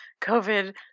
COVID